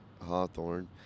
Hawthorne